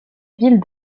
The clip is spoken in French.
ville